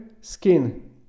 skin